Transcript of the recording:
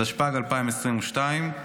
התשפ"ג 2022,